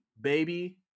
Baby